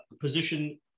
position